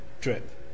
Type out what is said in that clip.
drip